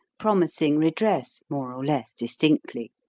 promising redress more or less distinctly.